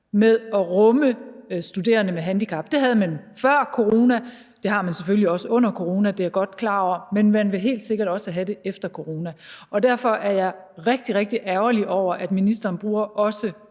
med at rumme studerende med handicap. Det havde man før corona, det har man selvfølgelig også under corona; det er jeg godt klar over, men man vil helt sikkert også have det efter corona, og derfor er jeg rigtig, rigtig ærgerlig over, at ministeren også